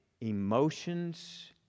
emotions